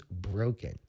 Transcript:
broken